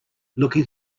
looking